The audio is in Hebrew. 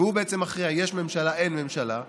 והוא בעצם מכריע: יש ממשלה, אין ממשלה.